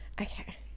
Okay